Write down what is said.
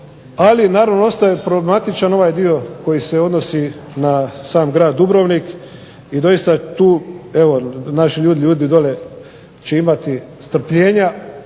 Ali naravno ostaje problematičan ovaj dio koji se odnosi na sam Grad Dubrovnik i doista tu evo naši ljudi, ljudi dole će imati strpljenja